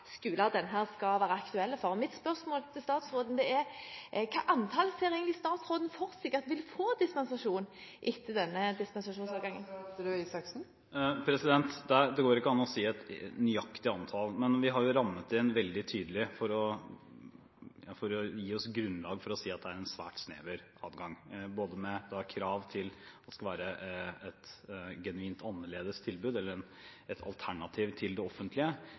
dispensasjon etter denne dispensasjonslovgivningen? Det går ikke an å si et nøyaktig antall, men vi har rammet det inn veldig tydelig for å gi oss grunnlag for å si at det er en svært snever adgang. Det skal være krav til at det er et genuint annerledes tilbud eller et alternativ til det offentlige.